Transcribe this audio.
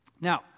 Now